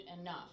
enough